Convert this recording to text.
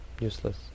useless